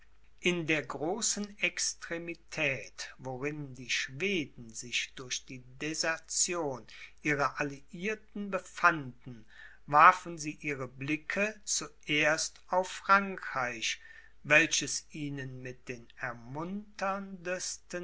in der großen extremität worin die schweden sich durch die desertion ihrer alliierten befanden warfen sie ihre blicke zuerst auf frankreich welches ihnen mit den ermunterndsten